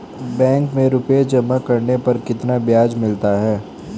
Bank में रुपये जमा करने पर कितना ब्याज मिलता है?